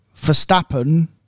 Verstappen